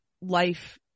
life